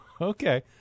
Okay